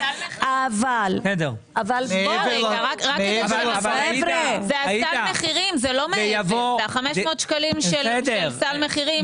אבל- -- זה ה-500 שקלים של סל מחירים,